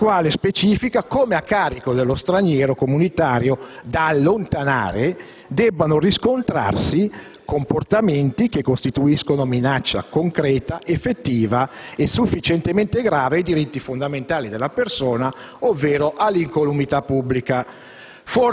la quale specifica come a carico dello straniero comunitario da allontanare debbano riscontrarsi comportamenti che costituiscono minaccia concreta effettiva e sufficientemente grave ai diritti fondamentali della persona ovvero all'incolumità pubblica.